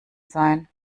sein